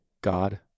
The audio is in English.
God